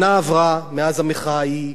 שנה עברה מאז המחאה ההיא,